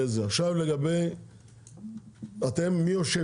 מי יישב